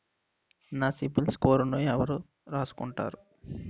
నా సిబిల్ స్కోరును ఎవరు రాసుకుంటారు